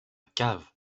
caves